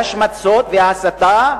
ההשמצות וההסתה,